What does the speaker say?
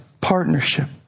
partnership